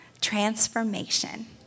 Transformation